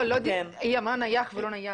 לא, היא אמרה נייח ולא נייד.